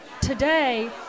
Today